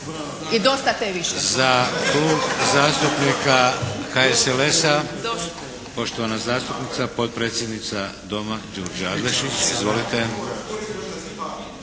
Vladimir (HDZ)** Za Klub zastupnika HSLS-a poštovana zastupnica, potpredsjednica Doma Đurđa Adlešić. Izvolite!